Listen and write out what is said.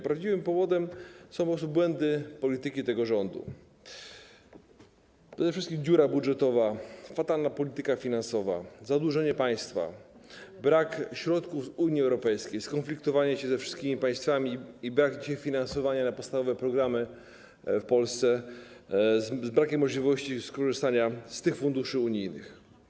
Prawdziwym powodem są po prostu błędy polityki tego rządu, przede wszystkim dziura budżetowa, fatalna polityka finansowa, zadłużenie państwa, brak środków z Unii Europejskiej, skonfliktowanie się ze wszystkimi państwami i brak dzisiaj finansowania, jeśli chodzi o podstawowe programy w Polsce, brak możliwości skorzystania z tych funduszy unijnych.